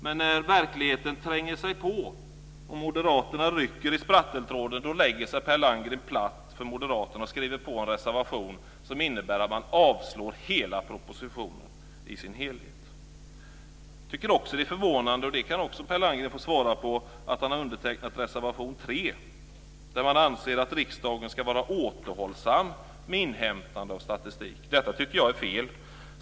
Men när verkligheten tränger sig på och Moderaterna rycker i spratteltråden lägger sig Per Landgren platt och skriver på en reservation som innebär att man avstyrker hela propositionen i dess helhet. Jag tycker också att det är förvånande, och det kan också Per Landgren få kommentera, att han har undertecknat reservation 3. Där anser man att riksdagen ska vara återhållsam med inhämtande av statistik. Jag tycker att det är fel.